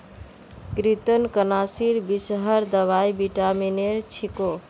कृन्तकनाशीर विषहर दवाई विटामिनेर छिको